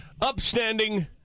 upstanding